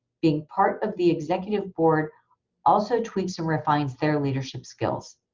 being part of the executive board also tweaks and refines their leadership skills.